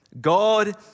God